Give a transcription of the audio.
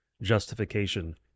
justification